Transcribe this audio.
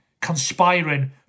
conspiring